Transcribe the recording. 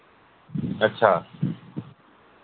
अच्छा